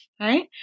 right